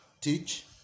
teach